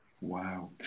Wow